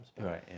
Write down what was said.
Right